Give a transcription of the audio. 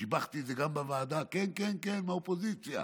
שיבחתי גם בוועדה, כן, כן, מהאופוזיציה.